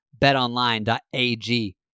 betonline.ag